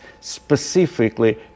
specifically